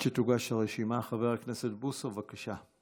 עד שתוגש הרשימה, חבר הכנסת בוסו, בבקשה,